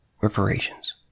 reparations